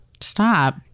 Stop